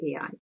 AI